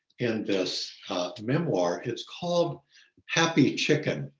in this memoir is called happy chicken,